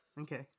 Okay